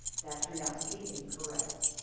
that turned out to be incorrect.